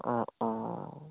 অঁ অঁ